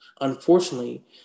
unfortunately